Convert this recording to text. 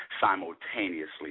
simultaneously